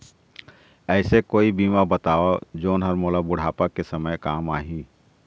ऐसे कोई बीमा बताव जोन हर मोला बुढ़ापा के समय काम आही?